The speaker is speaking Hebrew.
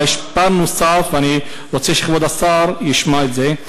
אבל יש פן נוסף ואני רוצה שכבוד השר ישמע את זה.